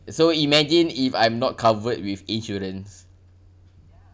so imagine if I'm not covered with insurance